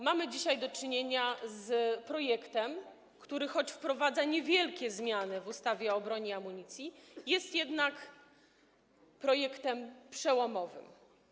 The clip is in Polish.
Mamy dzisiaj do czynienia z projektem, który choć wprowadza niewielkie zmiany w ustawie o broni i amunicji, jest jednak projektem przełomowym.